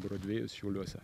brodvėjus šiauliuose